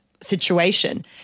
situation